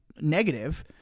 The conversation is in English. negative